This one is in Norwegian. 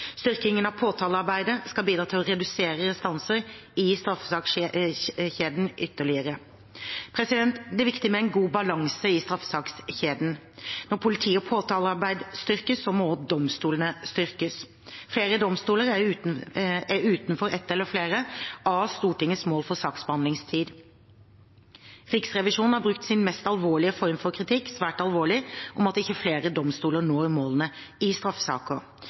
Styrkingen av påtalearbeidet skal bidra til å redusere restanser i straffesakskjeden ytterligere. Det er viktig med god balanse i straffesakskjeden. Når politi og påtalearbeid styrkes, må også domstolene styrkes. Flere domstoler er utenfor ett eller flere av Stortingets mål for saksbehandlingstid. Riksrevisjonen har brukt sin mest alvorlige form for kritikk – «svært alvorlig» – om at ikke flere domstoler når målene i straffesaker.